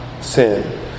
sin